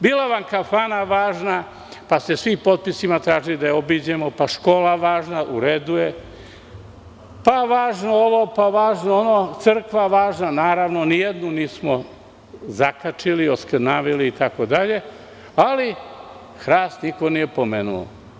Bila vam je kafana važna, pa ste svi potpisima tražili da je obiđemo, pa je škola važna, u redu je, pa važno ovo, pa važno ono, crkva je važna, nijednu nismo zakačili, oskrnavili itd, ali hrast niko nije pomenuo.